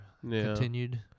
continued